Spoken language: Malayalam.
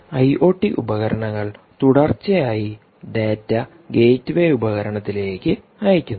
ഐഒടി ഉപകരണങ്ങൾ തുടർച്ചയായി ഡാറ്റ ഗേറ്റ്വേ ഉപകരണത്തിലേയ്ക്ക് അയയ്ക്കുന്നു